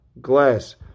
glass